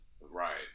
right